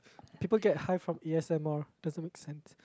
people get high from A_S_M_R doesn't make sense